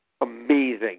Amazing